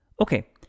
Okay